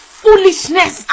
foolishness